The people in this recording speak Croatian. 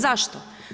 Zašto?